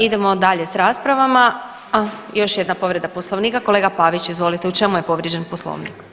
Idemo dalje s raspravama, još jedna povreda Poslovnika, kolega Pavić izvolite, u čemu je povrijeđen Poslovnik?